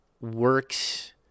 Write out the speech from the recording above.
works